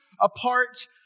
apart